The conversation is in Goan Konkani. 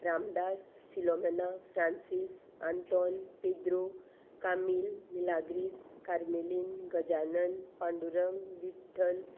रामदास फिलोमेना फ्रांसीस आंतोन पेद्रो कामील मिलाग्रीस कार्मेलीन गजानंद पांडुरंग विठ्ठल